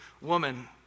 woman